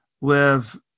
live